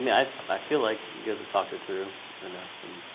mean, i i feel like you guys have talked it through enough and